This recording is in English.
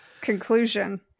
conclusion